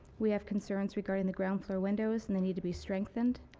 we have concerns regarding the ground floor windows and the need to be strengthened.